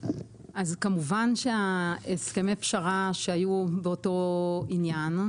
אז כמובן שהסכמי הפשרה שהיו באותו עניין,